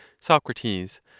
Socrates